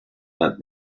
that